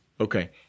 Okay